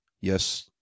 yes